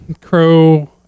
Crow